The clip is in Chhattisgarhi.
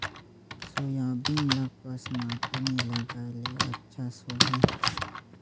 सोयाबीन ल कस माटी मे लगाय ले अच्छा सोही?